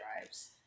drives